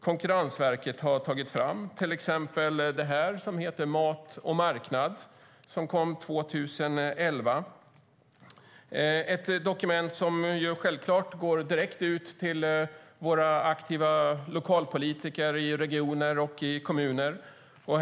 Konkurrensverket har tagit fram flera styrdokument, till exempel Mat och marknad som kom 2011. Det är ett dokument som självklart går direkt ut till våra aktiva lokalpolitiker i regioner och kommuner.